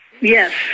Yes